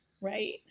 Right